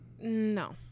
No